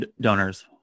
donors